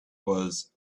was